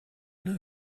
know